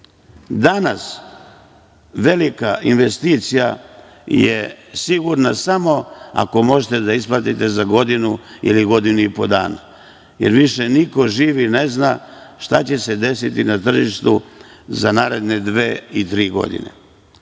Danas velika investicija je sigurna samo ako možete da je isplatite za godinu ili godinu i po dana, jer više niko živi ne zna šta će se desiti na tržištu za naredne dve ili tri godine. Tako